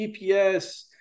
GPS